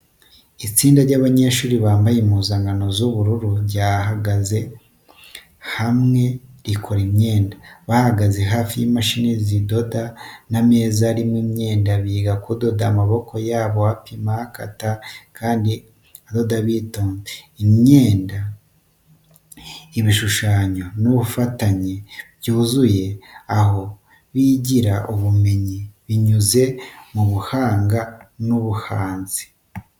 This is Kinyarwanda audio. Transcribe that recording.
Itsinda ry’abanyeshuri bambaye impuzankano z’ubururu ryahagaze hamwe rikora imyenda. Bahagaze hafi y’imashini zidoda n’ameza arimo imyenda, biga kudoda. Amaboko yabo apima, akata, kandi adoda bitonze. Imyenda, ibishushanyo n’ubufatanye byuzuye aho bigirira ubumenyi binyuze mu buhanga n’ubuhanzi.